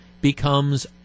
becomes